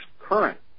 current